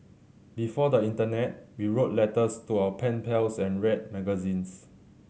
before the internet we wrote letters to our pen pals and read magazines